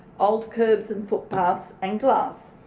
old kerbs and footpaths and glass.